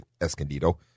Escondido